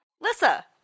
Lissa